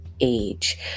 age